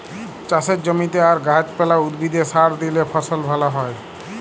চাষের জমিতে আর গাহাচ পালা, উদ্ভিদে সার দিইলে ফসল ভাল হ্যয়